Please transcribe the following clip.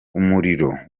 umuriro